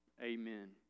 Amen